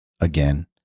again